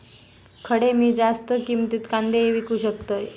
खडे मी जास्त किमतीत कांदे विकू शकतय?